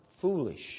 foolish